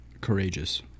courageous